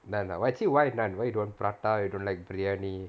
naan ah actually why naan why you don't want prata you don't like biryani